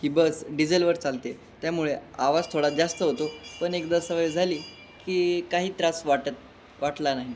ही bus डिझेलवर चालते त्यामुळे आवाज थोडा जास्त होतो पण एकदा सवय झाली की काही त्रास वाटत वाटला नाही